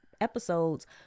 episodes